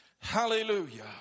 Hallelujah